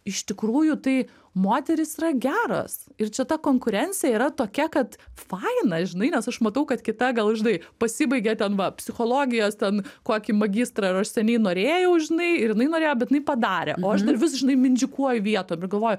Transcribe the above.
iš tikrųjų tai moterys yra geros ir čia ta konkurencija yra tokia kad faina žinai nes aš matau kad kita gal žinai pasibaigė ten va psichologijos ten kokį magistrą ir aš seniai norėjau žinai ir jinai norėjo bet jinai padarė o aš dar vis žinai mindžikuoju vietoje ir galvoju